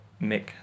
Mick